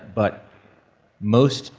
but most,